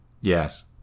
Yes